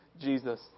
Jesus